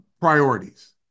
priorities